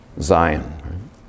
Zion